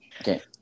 Okay